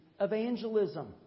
evangelism